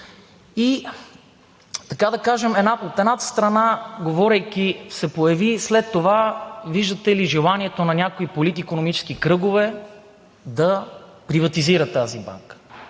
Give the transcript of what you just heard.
И така да кажем. От едната страна, говорейки, се появи след това, виждате ли, желанието на някои политикономически кръгове да приватизират тази банка.